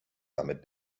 damit